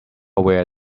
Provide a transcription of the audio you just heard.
where